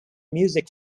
music